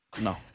No